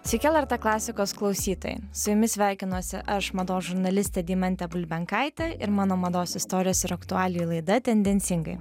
sveiki lrt klasikos klausytojai su jumis sveikinuosi aš mados žurnalistė deimantė bulbenkaitė ir mano mados istorijos ir aktualijų laida tendencingai